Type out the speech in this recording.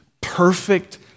perfect